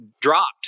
dropped